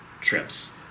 trips